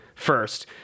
First